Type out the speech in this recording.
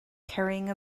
carrying